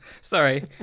sorry